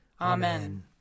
Amen